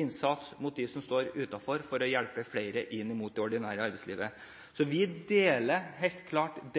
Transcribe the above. innsats inn mot dem som står utenfor, for å hjelpe flere inn i det ordinære arbeidslivet. Vi deler helt klart